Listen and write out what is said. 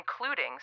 including